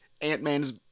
Ant-Man's